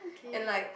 and like